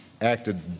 acted